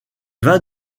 vins